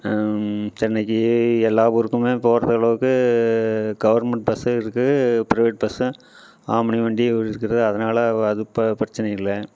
சென்னைக்கு எல்லாம் ஊருக்கும் போகிறது அளவுக்கு கவர்மெண்ட் பஸ் இருக்குது ப்ரைவேட் பஸ்ஸும் ஆம்னி வண்டியும் இருக்குது அதனால அது இப்போ பிரச்சனை இல்லை